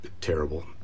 terrible